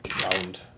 Round